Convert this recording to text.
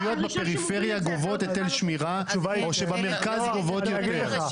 האם רשויות בפריפריה גובות היטל שמירה או שבמרכז גובות יותר?